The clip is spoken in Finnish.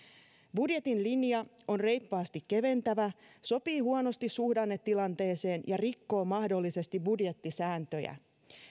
budjetin linja on reippaasti keventävä sopii huonosti suhdannetilanteeseen ja rikkoo mahdollisesti budjettisääntöjä